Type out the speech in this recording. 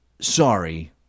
Sorry